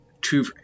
two